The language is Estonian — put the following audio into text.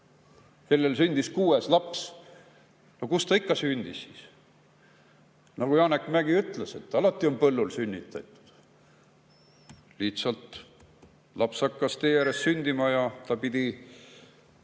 kellel sündis kuues laps – no kus ta ikka sündis? Nagu Janek Mäggi ütles, alati on põllul sünnitatud. Lihtsalt laps hakkas tee ääres sündima ja ta pidi ...